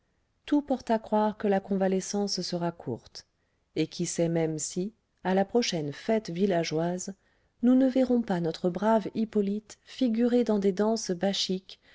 tout porte à croire que la convalescence sera courte et qui sait même si à la prochaine fête villageoise nous ne verrons pas notre brave hippolyte figurer dans des danses bachiques